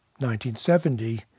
1970